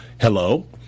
hello